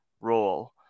role